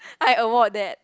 I award that